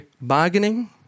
bargaining